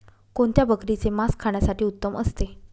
कोणत्या बकरीचे मास खाण्यासाठी उत्तम असते?